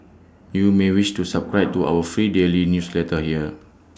you may wish to subscribe to our free daily newsletter here